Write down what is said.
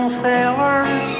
sailors